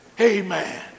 amen